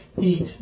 Eat